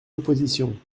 l’opposition